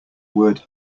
word